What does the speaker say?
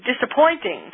disappointing